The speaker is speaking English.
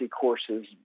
courses